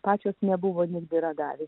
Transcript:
pačios nebuvot geradarė